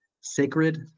sacred